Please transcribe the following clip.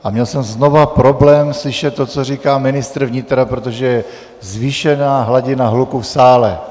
A měl jsem znova problém slyšet to, co říká ministr vnitra, protože je zvýšená hladina hluku v sále.